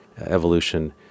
Evolution